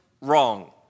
wrong